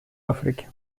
африке